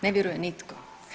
Ne vjeruje nitko.